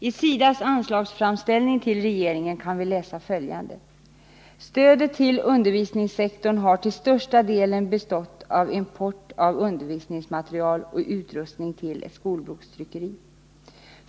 I SIDA:s anslagsframställning till regeringen kan vi läsa följande: ”Stödet till undervisningssektorn har till största delen bestått av import av undervisningsmaterial och utrustning till ett skolbokstryckeri.